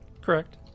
Correct